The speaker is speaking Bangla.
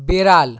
বিড়াল